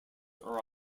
are